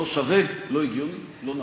לא שווה, לא הגיוני, לא נכון.